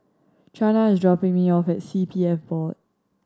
Chana is dropping me off at C P F Board